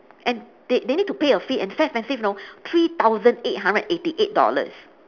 and they they need to pay a fee and it's very expensive you know three thousand eight hundred and eighty eight dollars